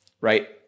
right